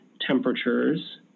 temperatures